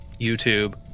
YouTube